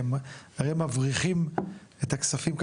כי הם הרי מבריחים את הכספים,